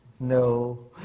No